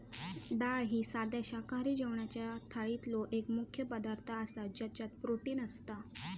डाळ ही साध्या शाकाहारी जेवणाच्या थाळीतलो एक मुख्य पदार्थ आसा ज्याच्यात प्रोटीन असता